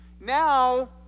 Now